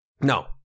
no